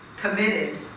committed